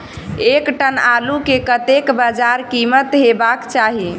एक टन आलु केँ कतेक बजार कीमत हेबाक चाहि?